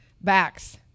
backs